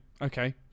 okay